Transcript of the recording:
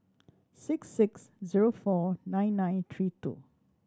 six six zero four nine nine three two